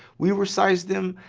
we resized them,